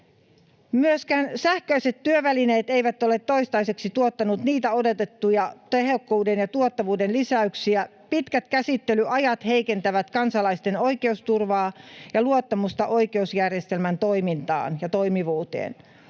Myöskään sähköiset työvälineet eivät ole toistaiseksi tuottaneet niitä odotettuja tehokkuuden ja tuottavuuden lisäyksiä. Pitkät käsittelyajat heikentävät kansalaisten oikeusturvaa ja luottamusta oikeusjärjestelmän toimintaan ja toimivuuteen.